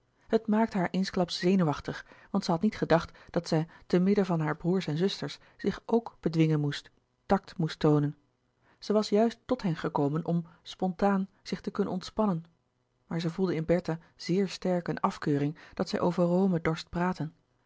het maakte haar eensklaps zenuwachtig want zij had niet gedacht dat zij te midden van haar broêrs en zusters zich ook bedwingen moest tact moest toonen zij was juist tot hen gekomen om spontaan zich te kunnen ontspannen maar zij voelde in bertha zeer sterk eene afkeuring dat zij over rome dorst praten